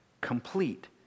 Complete